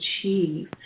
achieve